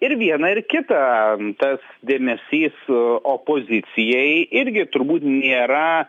ir viena ir kita tas dėmesys opozicijai irgi turbūt nėra